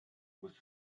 with